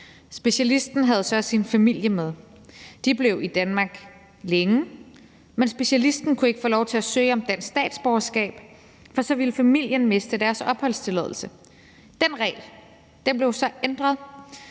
Specialisten havde så sin familie med. De blev længe i Danmark, men specialisten kunne ikke få lov til at søge om dansk statsborgerskab, for så ville familien miste deres opholdstilladelse. Den regel blev så ændret,